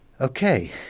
okay